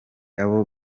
abo